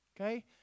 okay